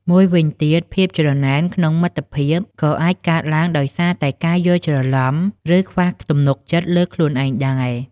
មួយទៀត ភាពច្រណែនក្នុងមិត្តភាពក៏អាចកើតឡើងដោយសារតែការយល់ច្រឡំ ឬខ្វះទំនុកចិត្តលើខ្លួនឯងដែរ។